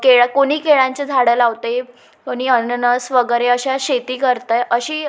केळं कोणी केळांचे झाडं लावते कोणी अननस वगैरे अशी शेती करतं आहे अशी